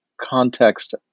context